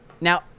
Now